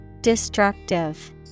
Destructive